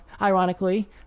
ironically